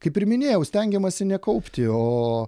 kaip ir minėjau stengiamasi nekaupti o